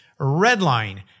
Redline